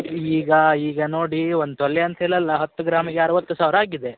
ಈಗ ಈಗ ನೋಡಿ ಒಂದು ತೊಲ ಅಂತೇಳಲ್ಲ ಹತ್ತು ಗ್ರಾಮಿಗೆ ಅರವತ್ತು ಸಾವಿರ ಆಗಿದೆ